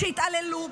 והתעללו,